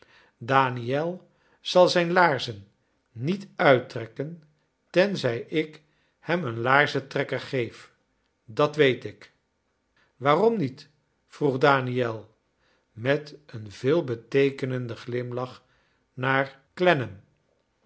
daniel zal zijn laarzen niet uittrekken t enzij ik hem een laarzentrekker geef dat weet ik waarom niet vroeg daniel met een veelbeteekenenden glimlach naar